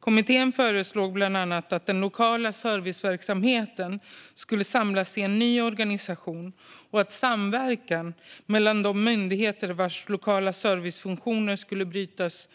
Kommittén föreslog bland annat att den lokala serviceverksamheten skulle samlas i en ny organisation och att samverkan mellan de myndigheter vars lokala servicefunktioner skulle brytas